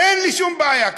אין לי שום בעיה,